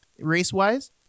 race-wise